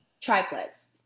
triplex